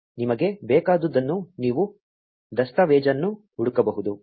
ನಿಮಗೆ ಬೇಕಾದುದನ್ನು ನೀವು ದಸ್ತಾವೇಜನ್ನು ಹುಡುಕಬಹುದು